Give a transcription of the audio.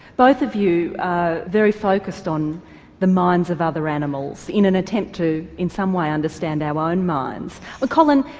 both of you are very focused on the minds of other animals in an attempt to in some way understand our ah own minds. but colin,